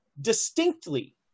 distinctly